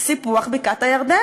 את סיפוח בקעת-הירדן.